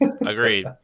Agreed